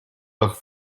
lag